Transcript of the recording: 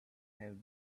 have